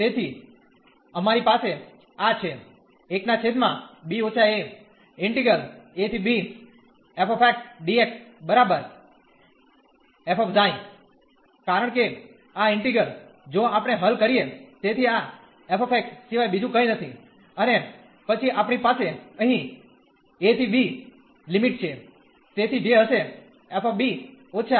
તેથી અમારી પાસે આ છે કારણ કે આ ઈન્ટિગ્રલ જો આપણે હલ કરીયે તેથી આ f સિવાય બીજું કંઈ નથી અને પછી આપણી પાસે અહીં a થી b લિમિટ છે તેથી જે હશે f −f